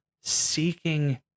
seeking